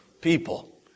people